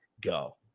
go